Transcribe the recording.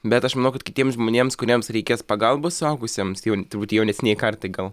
bet aš manau kad kitiems žmonėms kuriems reikės pagalbos suaugusiems jau turbūt jaunesnei kartai gal